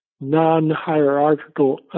Non-hierarchical